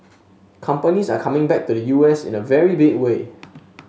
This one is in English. companies are coming back to the U S in a very big way